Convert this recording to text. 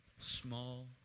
Small